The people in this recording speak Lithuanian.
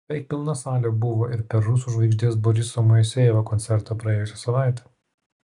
beveik pilna salė buvo ir per rusų žvaigždės boriso moisejevo koncertą praėjusią savaitę